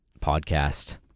podcast